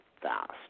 fast